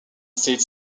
state